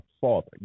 father